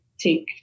take